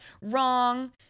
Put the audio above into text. wrong